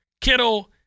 Kittle